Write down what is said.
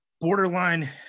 borderline